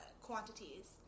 quantities